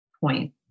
point